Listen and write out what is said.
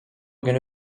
günü